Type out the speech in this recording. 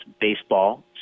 baseball